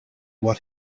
what